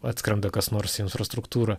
atskrenda kas nors į infrastruktūrą